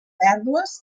pèrdues